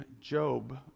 Job